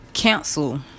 Cancel